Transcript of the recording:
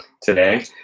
today